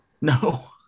No